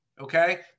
okay